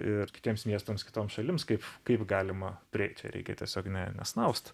ir kitiems miestams kitoms šalims kaip kaip galima prieit čia reikia tiesiog ne nesnaust